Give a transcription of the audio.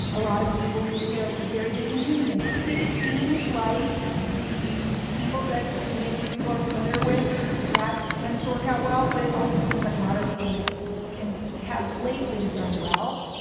a lot of people who were, you know, very big in unions. it it seems like the people that new hampshire people are familiar with that tends to work out well. but it also seems like moderate candidates can have lately done well.